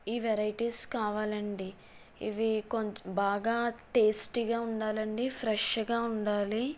ఈ వెరైటీస్ కావాలండీ ఇవి కొం బాగా టేస్టీగా ఉండాలండీ ఫ్రెష్గా ఉండాలి